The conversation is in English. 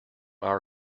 our